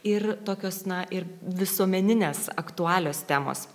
ir tokios na ir visuomeninės aktualios temos